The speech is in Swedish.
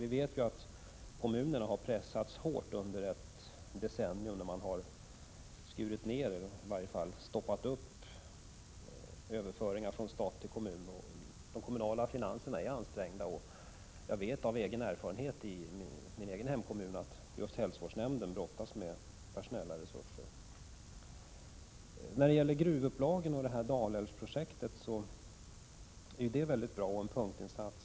Vi vet ju att kommunerna har pressats hårt under ett decennium, då man har skurit ner resurserna och i varje fall stoppat upp överföringarna från stat till kommun. De kommunala finanserna är ansträngda. Jag vet av egen erfarenhet att just miljöoch hälsoskyddsnämnden i min hemkommun brottas med svårigheter när det gäller personella resurser. När det gäller gruvupplagen och Dalälvsprojektet vill jag säga att det är en mycket bra punktinsats.